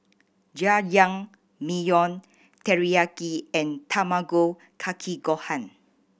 Jajangmyeon Teriyaki and Tamago Kake Gohan